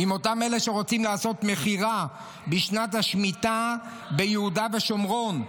עם אותם אלה שרוצים לעשות מכירה בשנת השמיטה ביהודה ושומרון,